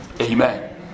Amen